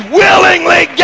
willingly